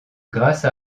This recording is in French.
grâce